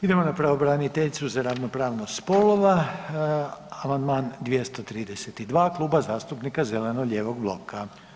Idemo na pravobraniteljicu za ravnopravnost spolova, amandman 232, Kluba zastupnika zeleno-lijevog bloka.